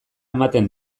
ematen